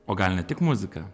o gal ne tik muzika